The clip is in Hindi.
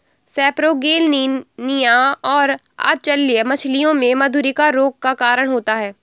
सेपरोगेलनिया और अचल्य मछलियों में मधुरिका रोग का कारण होता है